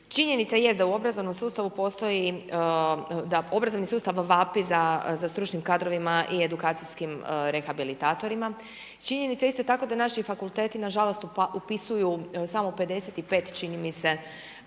Činjenica jest da obrazovnom sustavu postoji, da obrazovni sustav vapi za stručnim kadrovima i edukacijskim rehabilitatorima. Činjenica je isto tako da naši fakulteti nažalost upisuju samo 55 čini mi se,